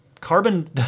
carbon